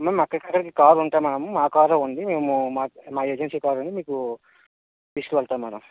మేము అక్కడికి అక్కడికి కార్ ఉంటుందిలే మేడమ్ మా కారే ఉంది మేము మా మా ఏజెన్సీ కారు ఉంది మీకు తీసుకువెళతాను మేడమ్